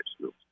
schools